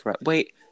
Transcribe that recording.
Wait